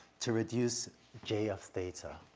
to reduce j of theta,